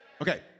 Okay